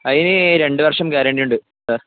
അതിന് രണ്ട് വർഷം ഗ്യാരൻറി ഉണ്ട് ആ